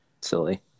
silly